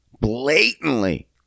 blatantly